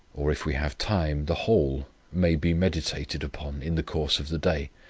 or, if we have time, the whole may be meditated upon in the course of the day.